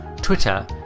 Twitter